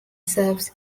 serves